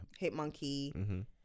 Hitmonkey